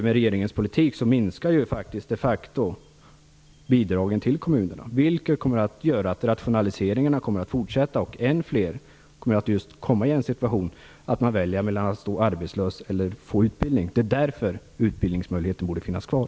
Med regeringens politik minskar de facto bidragen till kommunerna, vilket kommer att innebära att rationaliseringarna fortsätter och att än fler kommer att hamna i en situation där man väljer mellan att stå arbetslös eller att få utbildning. Det är därför utbildningsmöjligheten borde finnas kvar.